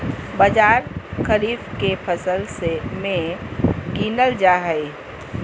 बाजरा खरीफ के फसल मे गीनल जा हइ